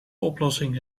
oplossing